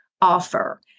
offer